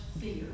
fear